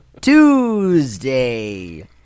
Tuesday